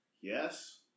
Yes